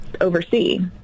oversee